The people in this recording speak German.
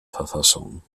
verfassung